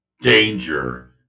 danger